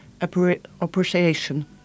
appreciation